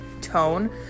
tone